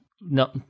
No